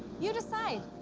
you decide.